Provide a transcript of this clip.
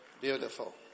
Beautiful